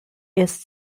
its